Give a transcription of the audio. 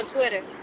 Twitter